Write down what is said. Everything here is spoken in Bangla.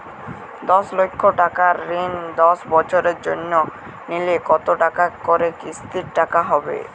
দশ লক্ষ টাকার ঋণ দশ বছরের জন্য নিলে কতো টাকা করে কিস্তির টাকা হবে?